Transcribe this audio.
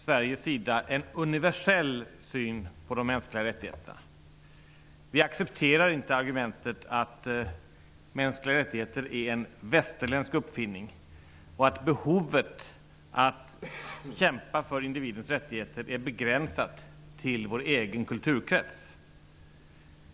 Sverige hävdar en universell syn på de mänskliga rättigheterna. Vi accepterar inte argumentet att frågan om mänskliga rättigheter är en västerländsk uppfinning och att behovet att kämpa för individens rättigheter är begränsat till vår egen kulturkrets.